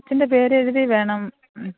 കൊച്ചിന്റെ പേരെഴുതി വേണം